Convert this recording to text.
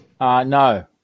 no